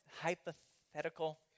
hypothetical